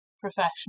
professional